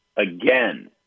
Again